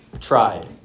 tried